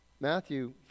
Matthew